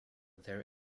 their